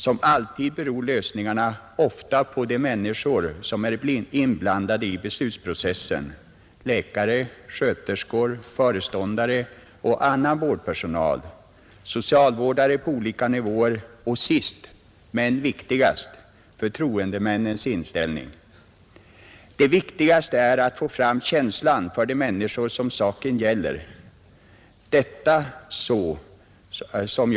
Som alltid beror lösningen på de människor som är inblandade i beslutsprocessen — läkare, sköterskor, föreståndare och annan vårdpersonal, socialvårdare på olika nivåer och sist men viktigast förtroendemännens inställning. Det viktigaste är att få fram känslan för de människor som saken gäller, att praktiskt ordna det på lämpligaste sätt.